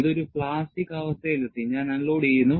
ഇത് ഒരു പ്ലാസ്റ്റിക് അവസ്ഥയിലെത്തി ഞാൻ അൺലോഡുചെയ്യുന്നു